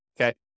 okay